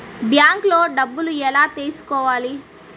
బ్యాంక్లో డబ్బులు ఎలా తీసుకోవాలి?